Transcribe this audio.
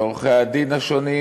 של עורכי-הדין השונים.